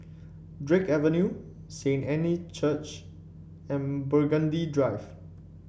Drake Avenue Saint Anne Church and Burgundy Drive